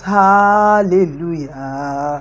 hallelujah